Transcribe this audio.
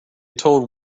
told